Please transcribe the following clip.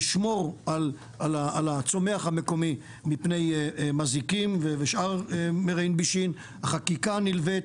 לשמור על הצומח המקומי מפני מזיקים ושאר מרעין בישין; החקיקה הנלווית